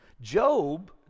job